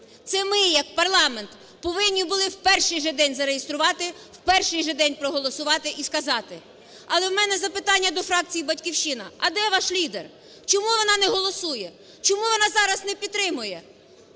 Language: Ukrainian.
Це ми, як парламент повинні були в перший же день зареєструвати, в перший же день проголосувати і сказати. Але в мене запитання до фракції "Батьківщина": а де ваш лідер? Чому вона не голосує? Чому вона зараз не підтримує?